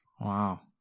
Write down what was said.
Wow